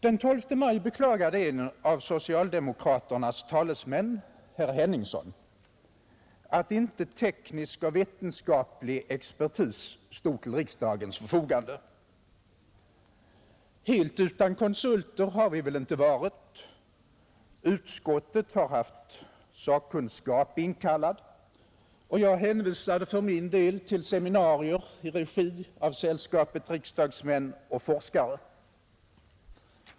Den 12 maj beklagade en av socialdemokraternas talesmän herr Henningsson, att inte teknisk och vetenskaplig expertis stod till riksdagens förfogande. Helt utan konsulter har vi väl inte varit. Utskottet har haft sakkunskap inkallad, och jag hänvisade för min del till seminarier i regi av Sällskapet riksdagsmän och forskare.